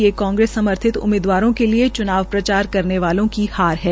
ये कांग्रेससमर्थित उम्मीदवारों के लिये च्नाव प्रचार करने वालों की हार है